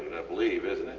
believe isnt it?